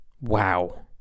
wow